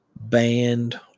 band